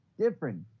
different